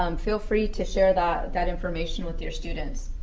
um feel free to share that that information with your students.